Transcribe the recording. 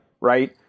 right